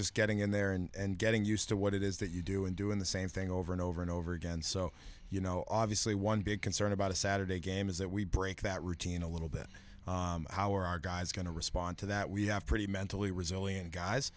just getting in there and getting used to what it is that you do and doing the same thing over and over and over again so you know obviously one big concern about a saturday game is that we break that routine a little bit how are our guys going to respond to that we have pretty mentally resilient guys